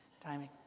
timing